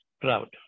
proud